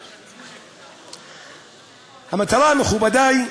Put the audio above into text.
המטרה, מכובדי,